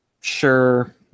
sure